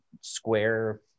square